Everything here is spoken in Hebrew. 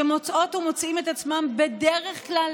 שמוצאות או מוצאים את עצמם בדרך כלל,